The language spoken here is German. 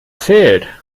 zählt